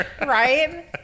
Right